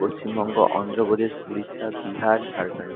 Paschimbanga Andhra Pradesh Orissa Bihar Jharkhand